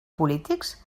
polítics